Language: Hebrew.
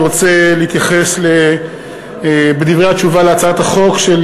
אני רוצה להתייחס בדברי התשובה להצעת החוק של